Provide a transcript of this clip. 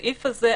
הסעיף הזה,